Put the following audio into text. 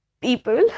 people